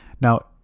Now